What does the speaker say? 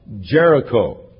Jericho